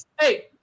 hey